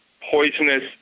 poisonous